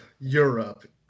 Europe